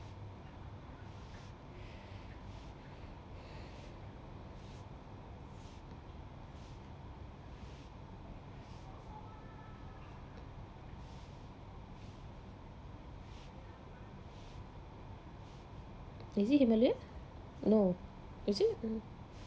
is it himalaya no is it